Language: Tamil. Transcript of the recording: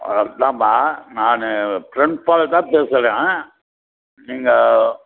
அதுதான்மா நான் ப்ரின்ஸ்பால் தான் பேசுறேன் நீங்கள்